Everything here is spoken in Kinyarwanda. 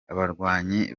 abarwanyi